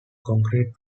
concrete